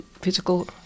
physical